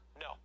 No